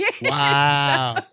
Wow